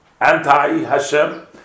anti-Hashem